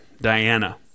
Diana